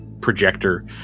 projector